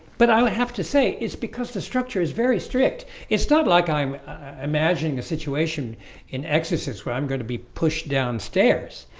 but i would have to say it's because the structure is very strict it's not like i'm imagining a situation in exorcist where i'm going to be pushed downstairs,